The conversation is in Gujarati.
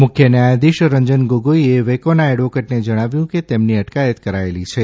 મુખ્ય ન્યાયાધીશ રંજન ગોગોઇએ વૈકોના એડવોકેટને જણાવ્યું કે તેમની અટકાયત કરાયેલી છે